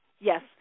Yes